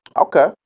Okay